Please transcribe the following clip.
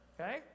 Okay